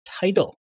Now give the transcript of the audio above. title